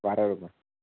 बारा रुपये